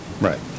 Right